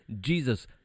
Jesus